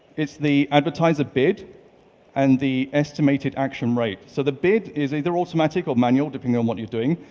it's the advertiser bid and the estimated action rate. so the bid is either automatic or manual depending on what you're doing,